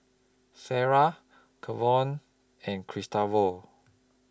Sariah Kavon and Gustavo